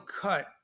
cut